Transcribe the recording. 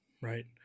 Right